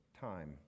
time